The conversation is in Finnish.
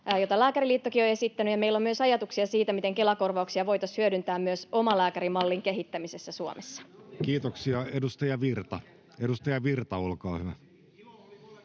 jota Lääkäriliittokin on esittänyt, ja meillä on myös ajatuksia siitä, miten Kela-korvauksia voitaisiin hyödyntää myös omalääkärimallin kehittämisessä Suomessa. [Aki Lindén: Ilo oli